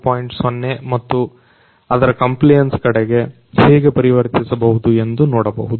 0 ಮತ್ತು ಅದರ ಕಂಪ್ಲಿಯನ್ಸ್ ಕಡೆಗೆ ಹೇಗೆ ಪರಿವರ್ತಿಸಬಹುದು ಎಂದು ನೋಡಬಹುದು